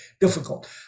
difficult